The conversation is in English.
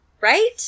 right